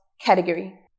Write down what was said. category